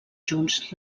junts